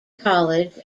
college